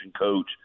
coach